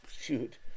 Shoot